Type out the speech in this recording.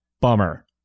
bummer